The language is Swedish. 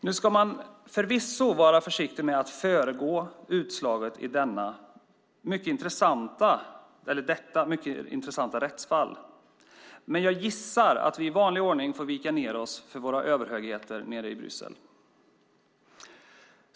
Man ska förvisso vara försiktig med att föregå utslaget i detta mycket intressanta rättsfall. Men jag gissar att vi i vanlig ordning får vika ned oss för våra överhögheter nere i Bryssel.